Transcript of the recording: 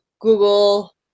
Google